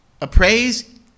appraise